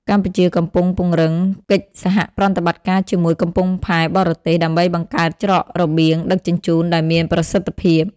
កម្ពុជាកំពុងពង្រឹងកិច្ចសហប្រតិបត្តិការជាមួយកំពង់ផែបរទេស ដើម្បីបង្កើតច្រករបៀងដឹកជញ្ជូនដែលមានប្រសិទ្ធភាព។